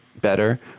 better